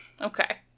Okay